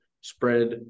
spread